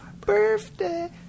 birthday